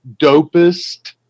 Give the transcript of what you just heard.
dopest